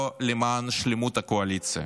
לא למען שלמות הקואליציה.